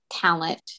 talent